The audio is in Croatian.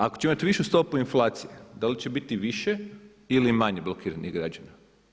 Ako ćemo imati višu stopu inflacije, da li će biti više ili manje blokiranih građana?